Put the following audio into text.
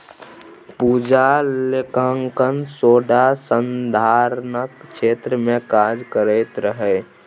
पूजा लेखांकन शोध संधानक क्षेत्र मे काज करैत रहय